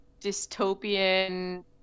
dystopian